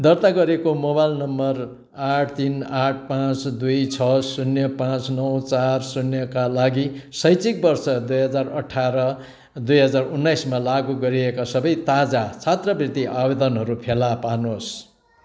दर्ता गरिएको mobile number आठ तिन आठ पाँच दुई छ शून्य पाँच नौ चार शून्यका लागि शैक्षिक वर्ष दुई हजार अठार दुई हजार उन्नाइसमा लागु गरिएका सबै ताजा छात्रवृत्ति आवेदनहरू फेला पार्नुहोस्